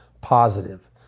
positive